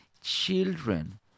children